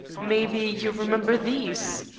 maybe you remember these?